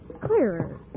clearer